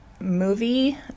movie